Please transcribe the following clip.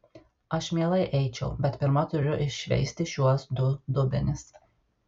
aš mielai eičiau bet pirma turiu iššveisti šiuos du dubenis